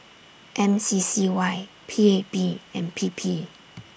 M C C Y P A P and P P